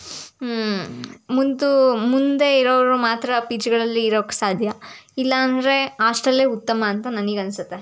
ಮುಂದು ಮುಂದೆ ಇರೋರು ಮಾತ್ರ ಪಿ ಜಿಗಳಲ್ಲಿ ಇರೋಕ್ಕೆ ಸಾಧ್ಯ ಇಲ್ಲ ಅಂದರೆ ಆಸ್ಟೆಲೇ ಉತ್ತಮ ಅಂತ ನನಗೆ ಅನಿಸುತ್ತೆ